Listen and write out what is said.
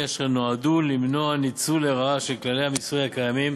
אשר נועדו למנוע ניצול לרעה של כללי המיסוי הקיימים